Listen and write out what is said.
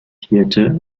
theater